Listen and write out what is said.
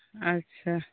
ᱟᱪ ᱪᱷᱟ